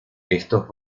estos